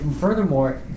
Furthermore